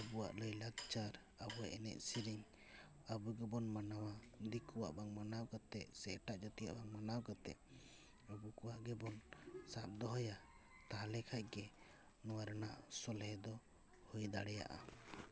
ᱟᱵᱚᱣᱟᱜ ᱞᱟᱭᱼᱞᱟᱠᱪᱟᱨ ᱟᱵᱚᱣᱟᱜ ᱮᱱᱮᱡ ᱥᱮᱨᱮᱧ ᱟᱵᱚ ᱜᱮᱵᱚᱱ ᱢᱟᱱᱟᱣᱟ ᱫᱤᱠᱩᱣᱟᱜ ᱵᱟᱝ ᱢᱟᱱᱟᱣ ᱠᱟᱛᱮᱫ ᱥᱮ ᱮᱴᱟᱜ ᱡᱟᱹᱛᱤᱭᱟᱜ ᱵᱟᱝ ᱢᱟᱱᱟᱣ ᱠᱟᱛᱮᱫ ᱟᱵᱚ ᱠᱚᱣᱟᱜ ᱜᱮᱵᱚᱱ ᱥᱟᱵ ᱫᱚᱦᱚᱭᱟ ᱛᱟᱦᱚᱞᱮ ᱠᱷᱟᱱ ᱜᱮ ᱱᱚᱣᱟ ᱨᱮᱱᱟᱜ ᱥᱚᱞᱦᱮ ᱫᱚ ᱦᱩᱭ ᱫᱟᱲᱮᱭᱟᱜᱼᱟ